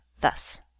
thus